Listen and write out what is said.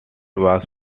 was